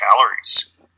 calories